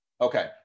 Okay